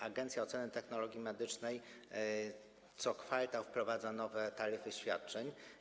Agencja Oceny Technologii Medycznych co kwartał wprowadza nowe taryfy świadczeń.